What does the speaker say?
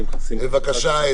בבקשה,